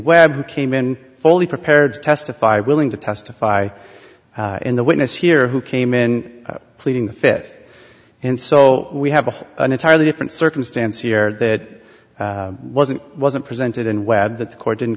who came in fully prepared to testify willing to testify in the witness here who came in pleading the fifth and so we have an entirely different circumstance here that wasn't wasn't presented in web that the court didn't